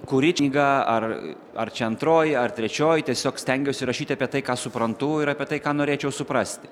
kuri knyga ar ar čia antroji ar trečioji tiesiog stengiuosi rašyti apie tai ką suprantu ir apie tai ką norėčiau suprasti